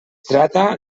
tracta